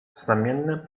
znamienne